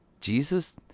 Jesus